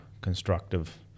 constructive